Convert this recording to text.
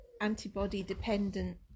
antibody-dependent